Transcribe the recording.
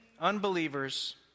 unbelievers